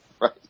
Right